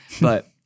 but-